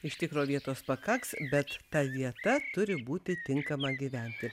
iš tikro vietos pakaks bet ta vieta turi būti tinkama gyventi